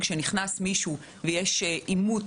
אנחנו רוצים שכשנכנס מישהו ויש אימות